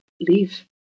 leave